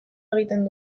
egiten